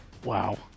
Wow